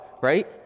Right